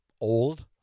old